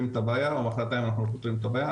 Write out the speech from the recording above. את הבעיה או מחרתיים אנחנו פותרים את הבעיה.